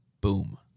Boom